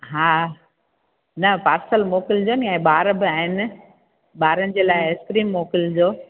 हा न पार्सल मोकिलिजो नी ऐं ॿार बि आहिनि ॿारनि जे लाइ आइस्क्रीम मोकिलिजो